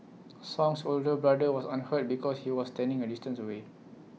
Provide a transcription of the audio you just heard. song's older brother was unhurt because he was standing A distance away